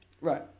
right